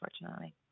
unfortunately